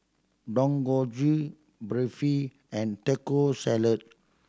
Dangojiru Barfi and Taco Salad